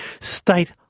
State